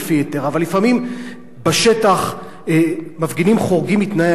אבל לפעמים בשטח מפגינים חורגים מתנאי ההיתר,